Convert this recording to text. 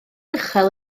uchel